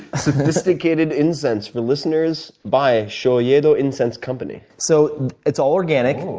sophisticated incense for listeners by shoyedo incense company. so it's all organic.